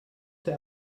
der